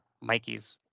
Mikey's